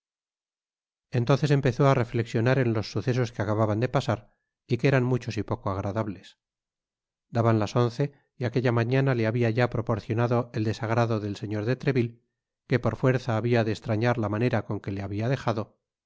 entonces empezó á reflexionar en los sucesos que acababan de pasar y que eran muchos y poco agradables daban las once y aquella mañana le habia ya proporcionado el desagrado del señor de treville que por fuerza habia de estrañar la manera con que le habia dejado